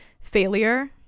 failure